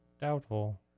Doubtful